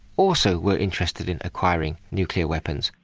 also were interested in acquiring nuclear weapons.